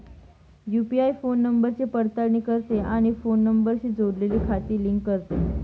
UPI phone नंबरची पडताळणी करते आणि फोन नंबरशी जोडलेली खाती लिंक करते